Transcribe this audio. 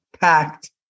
packed